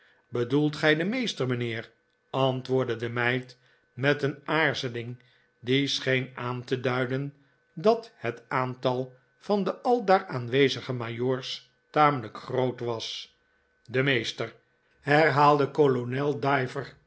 bedoelt gij den meester mijnheer antwoordde de meid met een aarzeling die scheen aan te duiden dat het aantal van de aldaar aanwezige majoors tamelijk groot was den meester herhaalde